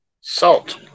Salt